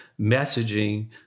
messaging